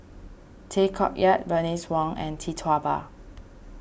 Tay Koh Yat Bernice Wong and Tee Tua Ba